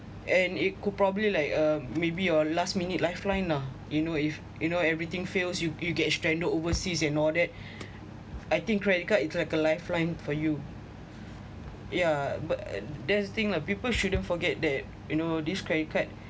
and it could probably like uh maybe your last minute lifeline lah you know if you know everything fails you you get stranded overseas and all that I think credit card it's like a lifeline for you yeah but there's thing lah people shouldn't forget that you know this credit card